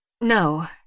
No